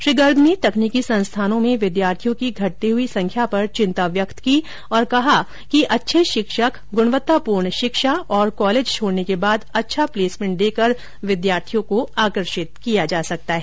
श्री गर्ग ने तकनीकी संस्थानों में विद्यार्थियों की घटती हई संख्या पर चिंता व्यक्त की और कहा कि अच्छे शिक्षक ग्णवत्तापूर्ण शिक्षा और कॉलेज छोड़ने के बाद अच्छा प्लेसमेंट देकर विद्यार्थियों को आकर्षित किया जा सकता है